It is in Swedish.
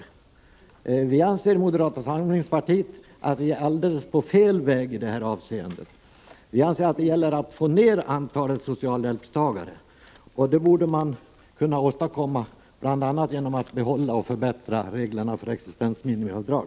Vi anseri moderata samlingspartiet att vi är på alldeles fel väg i det här avseendet. Vi anser att det gäller att få ned antalet socialhjälpstagare. Det borde man kunna åstadkomma genom att bl.a. behålla och förbättra reglerna för existensminimiavdrag.